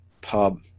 pub